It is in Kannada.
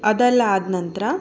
ಅದೆಲ್ಲ ಆದ ನಂತರ